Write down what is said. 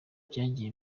byagiye